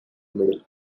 middle